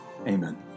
Amen